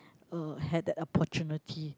uh had that opportunity